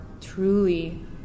truly